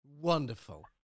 wonderful